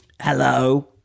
Hello